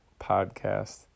podcast